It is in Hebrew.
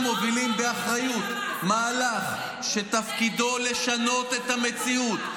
אנחנו מוליכים באחריות מהלך שתפקידו לשנות את המציאות,